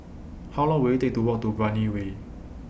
How Long Will IT Take to Walk to Brani Way